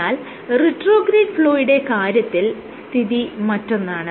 എന്നാൽ റിട്രോഗ്രേഡ് ഫ്ലോയുടെ കാര്യത്തിൽ സ്ഥിതി മറ്റൊന്നാണ്